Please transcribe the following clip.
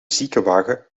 ziekenwagen